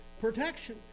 protection